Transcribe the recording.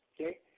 okay